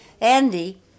Andy